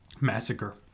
massacre